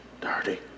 dirty